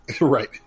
Right